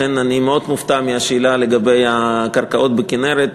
לכן אני מאוד מופתע מהשאלה לגבי הקרקעות בכינרת.